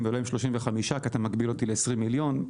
ולא עם 35 כי אתה מגביל אותי ל-20 מיליון?